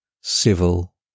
civil